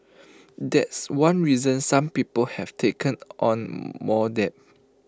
that's one reason some people have taken on more debt